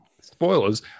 spoilers